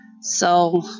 So